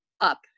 up